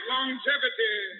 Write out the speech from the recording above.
Longevity